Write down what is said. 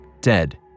dead